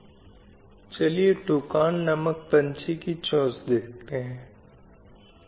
अब यह समझा जाए कि इस पूरी प्रक्रिया में महिलाओं को इस पूरी प्रक्रिया का एक हिस्सा बनना होगा